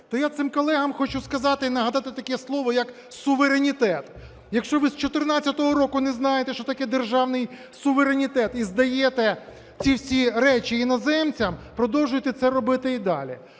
То я цим колегам хочу сказати і нагадати таке слово як "суверенітет". Якщо ви з 2014 року не знаєте що таке державний суверенітет і здаєте ці всі речі іноземцям – продовжуйте це робити і далі.